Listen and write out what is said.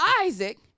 Isaac